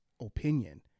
opinion